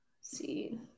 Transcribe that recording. see